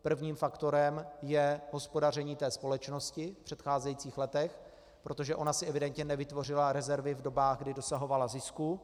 Prvním faktorem je hospodaření společnosti v předcházejících letech, protože ona si evidentně nevytvořila rezervy v dobách, kdy dosahovala zisku.